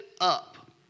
up